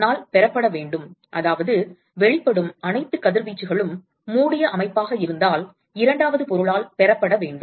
தன்னால் பெறப்பட வேண்டும் அதாவது வெளிப்படும் அனைத்து கதிர்வீச்சுகளும் மூடிய அமைப்பாக இருந்தால் இரண்டாவது பொருளால் பெறப்பட வேண்டும்